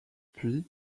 puis